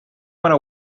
went